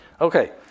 Okay